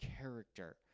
character